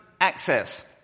access